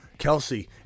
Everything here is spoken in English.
Kelsey